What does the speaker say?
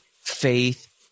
faith